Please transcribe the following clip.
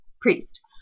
priest